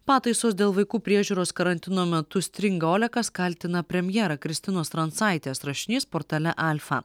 pataisos dėl vaikų priežiūros karantino metu stringa olekas kaltina premjerą kristinos trancaitės rašinys portale alfa